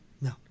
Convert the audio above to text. no